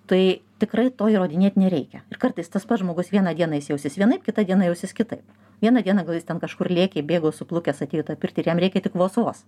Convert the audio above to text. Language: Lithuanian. tai tikrai to įrodinėt nereikia ir kartais tas pats žmogus vieną dieną jis jausis vienaip kitą dieną jausis kitaip vieną dieną gal jis ten kažkur lėkė bėgo suplukęs atėjo į tą pirtį ir jam reikia tik vos vos